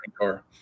car